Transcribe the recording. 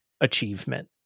achievement